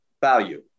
value